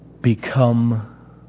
become